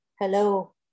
Hello